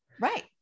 Right